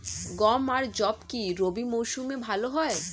গম আর যব কি রবি মরশুমে ভালো হয়?